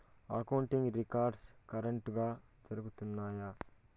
accounting records కరెక్టుగా జరుగుతున్నాయా